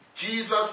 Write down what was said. Jesus